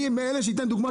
אני נותן דוגמה,